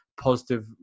positive